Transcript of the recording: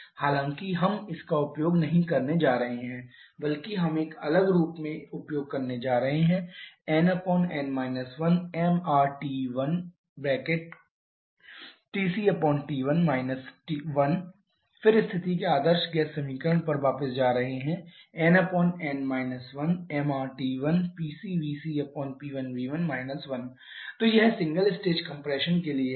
हालाँकि हम इसका उपयोग नहीं करने जा रहे हैं बल्कि हम एक अलग रूप में उपयोग करने जा रहे हैं nn 1mRT1TcT1 1 फिर स्थिति के आदर्श गैस समीकरण पर वापस जा रहे हैं nn 1mRT1PcVcP1V1 1 तो यह सिंगल स्टेज कंप्रेशन के लिए है